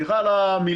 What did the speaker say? וסליחה על המילה,